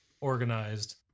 organized